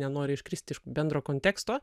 nenori iškristi iš bendro konteksto